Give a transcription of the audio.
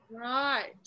Right